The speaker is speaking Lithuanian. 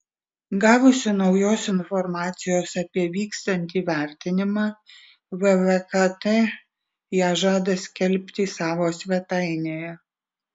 gavusi naujos informacijos apie vykstantį vertinimą vvkt ją žada skelbti savo svetainėje